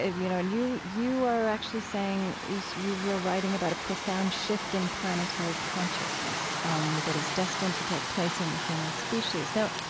and you know, and you you are actually saying you so you are writing about a profound shift in planetary consciousness um that is destined to take place in the human species. now,